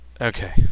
Okay